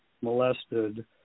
molested